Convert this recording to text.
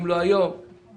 לכן, אם לא היום מחר.